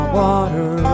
water